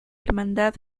hermandad